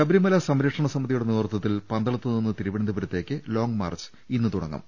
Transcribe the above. ശബരിമല സംരക്ഷണ സമിതിയുടെ നേതൃത്വത്തിൽ പന്തളത്ത് നിന്ന് തിരുവനന്തപുരത്തേക്ക് ലോങ്ങ് മാർച്ച് ഇന്ന് തുടങ്ങും